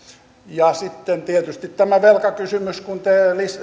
ja sitten tietysti tämä velkakysymys kun te